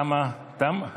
אוקיי.